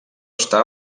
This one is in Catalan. està